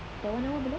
dah one hour belum